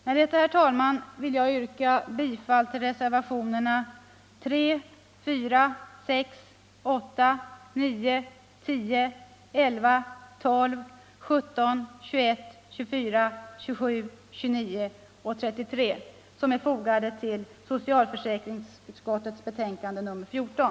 Med detta, herr talman, vill jag yrka bifall till reservationerna 3, 4, 6, 8, 9, 10, 11, 12, 17, 21, 24, 27, 29 och 33 som är fogade till socialförsäkringsutskottets betänkande nr 14.